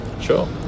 Sure